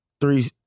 three